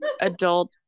adult